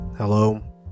Hello